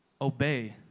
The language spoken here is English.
obey